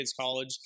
college